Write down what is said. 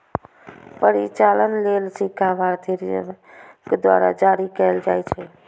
परिचालन लेल सिक्का भारतीय रिजर्व बैंक द्वारा जारी कैल जाइ छै